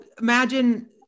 imagine